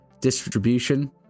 distribution